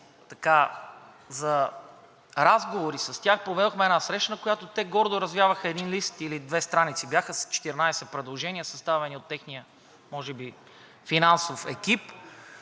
за разговори с тях проведохме една среща, на която те гордо развяваха един лист, или две страници бяха, с 14 предложения, съставени от техния може би финансов екип,